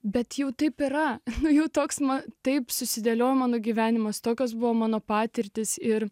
bet jau taip yra jų toks na taip susidėliojo mano gyvenimas tokios buvo mano patirtis ir